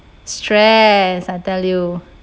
stress I tell you